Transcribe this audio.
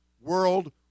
world